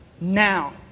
now